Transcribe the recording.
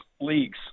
leagues